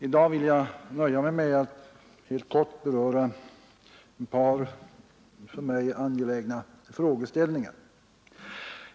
I dag vill jag nöja mig med att helt kort beröra ett par för mig angelägna frågeställningar.